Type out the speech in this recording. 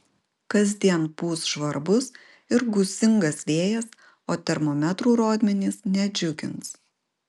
kasdien pūs žvarbus ir gūsingas vėjas o termometrų rodmenys nedžiugins